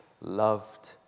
loved